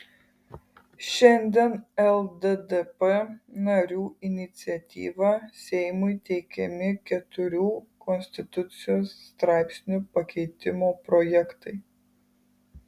šiandien lddp narių iniciatyva seimui teikiami keturių konstitucijos straipsnių pakeitimo projektai